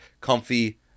comfy